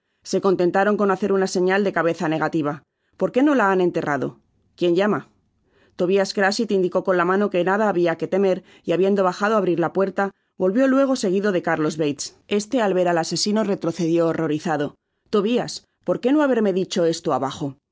se contentaron con hacer una señal de cabeza negativa porqué no la han enterrado quién llama tobias'crachit indicó con la mano que nada habiaque temer y habiendo bajado á abrir la puerta volvió luego seguido de carlos bates este al ver al asesino retrocedió horrorizado tobias por qué no haberme dicho esto abajo los